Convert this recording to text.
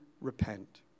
repent